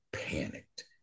panicked